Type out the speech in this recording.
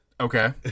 okay